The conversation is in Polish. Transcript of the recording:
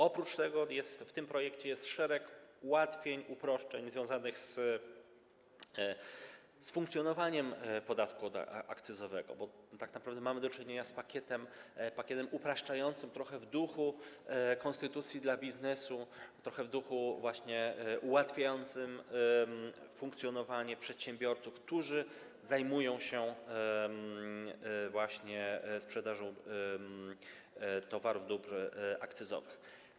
Oprócz tego w tym projekcie jest szereg ułatwień, uproszczeń związanych z funkcjonowaniem podatku akcyzowego, bo tak naprawdę mamy teraz do czynienia z pakietem upraszczającym trochę w duchu konstytucji dla biznesu, trochę w duchu ułatwień funkcjonowanie przedsiębiorców, którzy zajmują się sprzedażą towarów, dóbr akcyzowych.